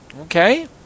Okay